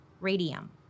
Radium